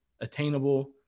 attainable